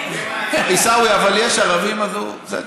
אני, עיסאווי, אבל יש ערבים, אז הוא, בסדר.